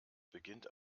beginnt